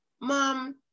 Mom